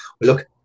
Look